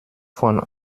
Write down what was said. von